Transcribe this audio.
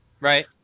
Right